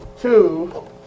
two